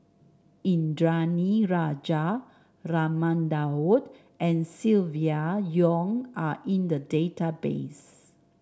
Indranee Rajah Raman Daud and Silvia Yong are in the database